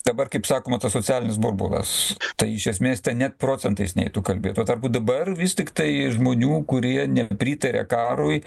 dabar kaip sakoma tas socialinis burbulas tai iš esmės ten net procentais neitų kalbėt tuo tarpu dabar vis tiktai žmonių kurie nepritaria karui